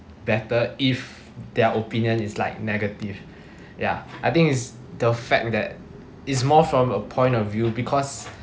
better if their opinion is like negative ya I think is the fact that is more from a point of view because